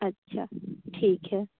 अच्छा ठीक है